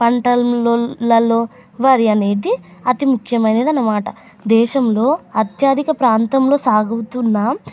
పంటలల్లో వరి అనేది అతి ముఖ్యమైనది అన్నమాట దేశంలో అత్యధిక ప్రాంతంలో సాగుతున్న